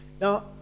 Now